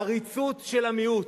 עריצות של המיעוט.